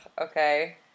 okay